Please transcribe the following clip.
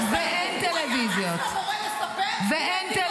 הוא היה רץ למורה לספר: המורה, הוא העתיק.